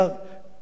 קולו רועם.